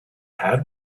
had